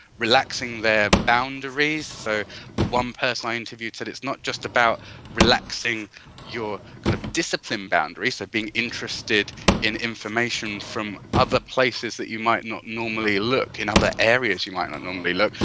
relaxing their boundaries. so one person i interviewed said it's not just about relaxing your kind of discipline boundaries, so being interested in information from other places that you might not normally look, in other areas you might not normally look,